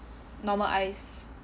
normal ice